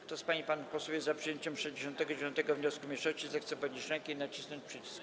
Kto z pań i panów posłów jest za przyjęciem 69. wniosku mniejszości, zechce podnieść rękę i nacisnąć przycisk.